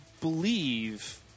believe